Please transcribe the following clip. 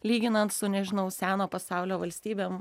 lyginant su nežinau seno pasaulio valstybėm